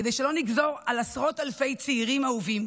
כדי שלא נגזור על עשרות אלפי צעירים אהובים